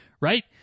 right